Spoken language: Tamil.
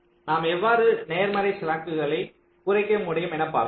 நாம் எவ்வாறு நேர்மறை ஸ்லாக்குகளைக் குறைக்க முடியும் என பார்ப்போம்